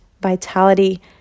vitality